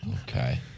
Okay